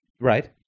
Right